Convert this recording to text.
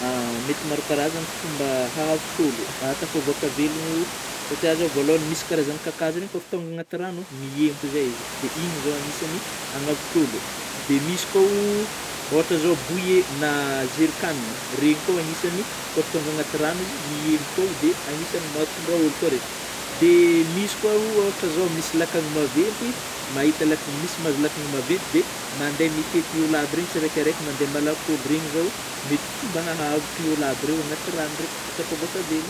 Mety maro karazagny fomba ahavotr'ôlô, ahatafavoaka-velono satrià zao vôalohany misy karazagna kakazo reny kôfa tônga agnaty rano miempo zey izy, dia iny zao anisany hanavotr'olo, dia misy kaoh ôhatry zao bouillet na zerikanina; reigny koa agnisany kôfa tonga agnaty rano izy miempo koa dia anisany mahatondra ôlô koa regny, de misy koa ôhatry zao misy lakana maventy mahita, laka-misy mahazo lakana maventy de mandeha mitety ôlô aby reny tsiraikiraiky mande malaky ôlô, reny zao mety fômba ahavotra ôlô aby reo agnaty rano ndre ho tafavoaka velogno.